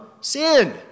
sin